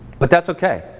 but that's okay,